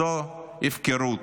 זו הפקרות.